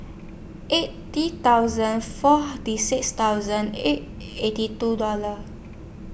eighty thousand four Tea six thousand eight eighty two